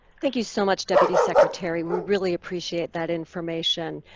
thank you so much, deputy secretary. we really appreciate that information.